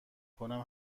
کنم